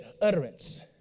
utterance